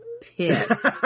pissed